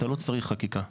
אתה ל צריך חקיקה,